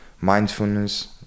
mindfulness